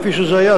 כפי שזה היה,